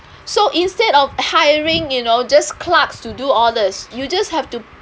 so instead of hiring you know just clerks to do all these you just to